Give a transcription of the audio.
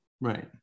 Right